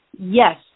Yes